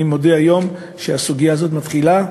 אני מודה היום שהסוגיה הזאת מתחילה,